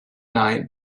night